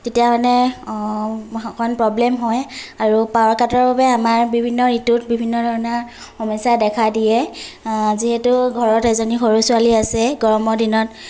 তেতিয়া মানে অকণমান প্ৰব্লেম হয় আৰু পাৱাৰ কাটৰ বাবে আমাৰ বিভিন্ন ঋতুত বিভিন্ন ধৰণৰ সমস্যাই দেখা দিয়ে যিহেতু ঘৰত এজনী সৰু ছোৱালী আছে গৰমৰ দিনত